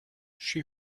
she